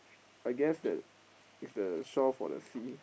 I guess that it's the shore for the sea